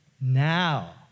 Now